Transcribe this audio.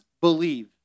believe